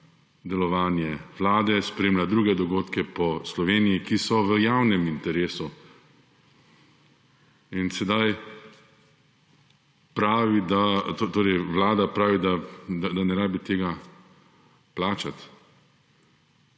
delovanje Vlade, spremlja druge dogodke po Sloveniji, ki so v javnem interesu in sedaj pravi da, torej Vlada pravi, da ne rabi tega plačati.